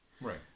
Right